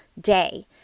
day